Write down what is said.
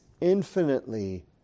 infinitely